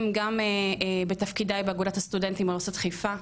גם בתפקידי באגודת הסטודנטים באוניברסיטת חיפה,